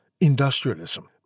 industrialism